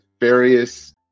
various